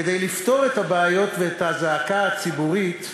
כדי לפתור את הבעיות ואת הזעקה הציבורית,